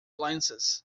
lenses